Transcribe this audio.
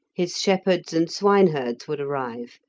his shepherds and swineherds would arrive,